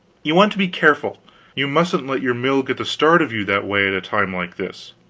you want to be careful you mustn't let your mill get the start of you that way, at a time like this.